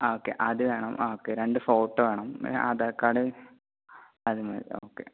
ആ ഓക്കെ അത് വേണം ആ ഓക്കെ രണ്ട് ഫോട്ടോ വേണം പിന്നെ ആധാർ കാർഡ് അതും മേടിക്കണം ഓക്കെ